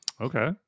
Okay